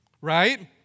right